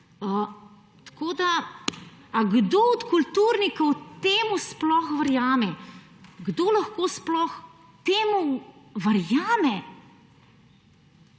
Ali kdo od kulturnikov temu sploh verjame? Kdo lahko sploh temu verjame?